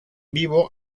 vivo